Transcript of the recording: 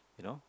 you know